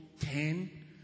ten